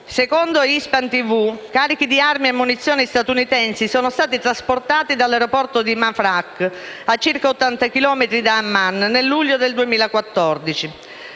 Secondo «HispanTV», carichi di armi e munizioni statunitensi sono stati trasportati all'aeroporto di Mafraq, a circa 80 chilometri da Amman nel luglio del 2014.